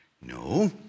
No